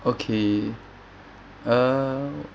okay uh